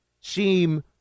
seem